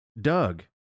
Doug